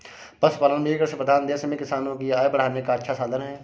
पशुपालन भी कृषिप्रधान देश में किसानों की आय बढ़ाने का अच्छा साधन है